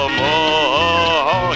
more